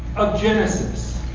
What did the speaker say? of genesis,